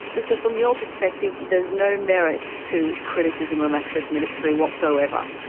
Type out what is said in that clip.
so from your perspective there's no merit to criticism of access ministries whatsoever?